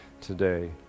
today